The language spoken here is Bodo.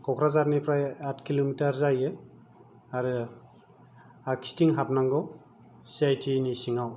क'क्राझारनिफ्राय आठ किल'मिटार जायो आरो आगसिथिं हाबनांगौ सिआइटि नि सिङाव